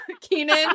Keenan